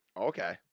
Okay